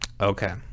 Okay